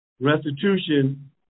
Restitution